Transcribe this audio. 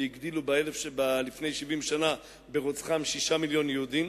והגדילו לפני 70 שנה ברוצחם שישה מיליוני יהודים,